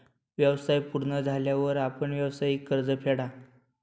व्यवसाय पूर्ण झाल्यावर आपण व्यावसायिक कर्ज फेडा